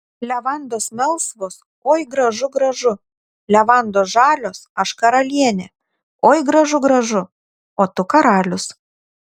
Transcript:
levandos melsvos oi gražu gražu levandos žalios aš karalienė oi gražu gražu o tu karalius